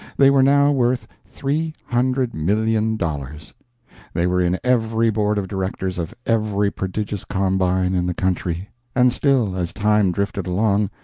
they were now worth three hundred million dollars they were in every board of directors of every prodigious combine in the country and still as time drifted along,